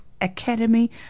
Academy